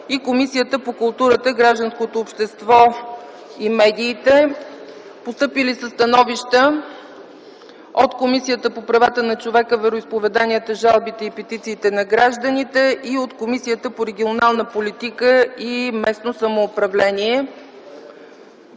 и Комисията по културата, гражданското общество и медиите. Постъпили са становища от Комисията по правата на човека, вероизповеданията, жалбите и петициите на гражданите и от Комисията по регионална политика и местно самоуправление.